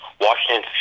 Washington